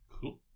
Cool